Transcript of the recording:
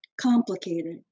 complicated